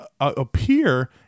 appear